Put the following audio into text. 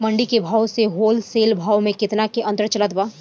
मंडी के भाव से होलसेल भाव मे केतना के अंतर चलत बा?